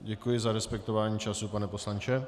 Děkuji za respektování času, pane poslanče.